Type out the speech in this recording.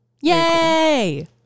Yay